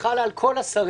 שחלה על כל השרים,